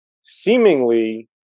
seemingly